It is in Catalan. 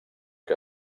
que